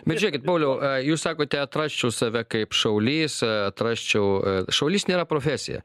bet žiūrėkit pauliau jūs sakote atrasčiau save kaip šaulys atrasčiau šaulys nėra profesija